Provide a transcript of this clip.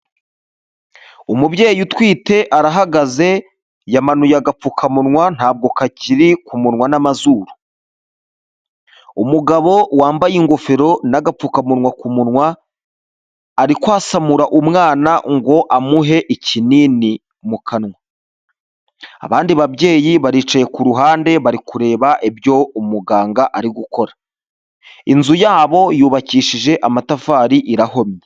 Umubyeyi utwite arahagaze yamanuye agapfukamunwa ntabwo kakiri ku munwa n'amazuru, umugabo wambaye ingofero n'agapfukamunwa ku munwa ari kwasamura umwana ngo amuhe ikinini mu kanwa, abandi babyeyi baricaye ku ruhande bari kureba ibyo umuganga ari gukora, inzu yabo yubakishije amatafari irahomye.